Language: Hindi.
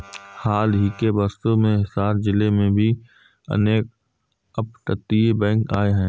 हाल ही के वर्षों में हिसार जिले में भी अनेक अपतटीय बैंक आए हैं